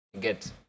get